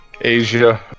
Asia